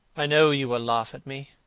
i know you will laugh at me,